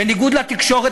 בניגוד לתקשורת,